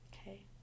okay